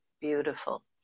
Beautiful